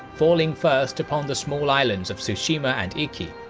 falling first upon the small islands of tsushima and iki.